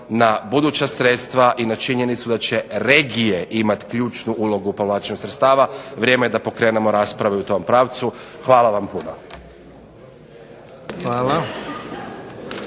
na buduća sredstva i na činjenicu da će regije imati ključnu ulogu povlačenja sredstava. Vrijeme je da pokrenemo raspravu i u tom pravcu. Hvala vam puno.